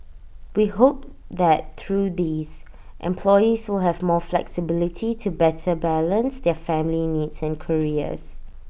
we hope that through these employees will have more flexibility to better balance their family needs and careers